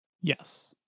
Yes